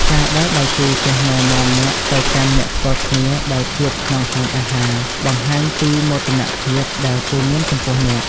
ការដែលដៃគូចេះណែនាំអ្នកទៅកាន់អ្នកស្គាល់គ្នាដែលជួបក្នុងហាងអាហារ បង្ហាញពីមោទនភាពដែលគេមានចំពោះអ្នក។